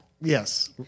Yes